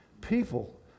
people